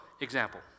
example